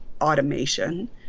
automation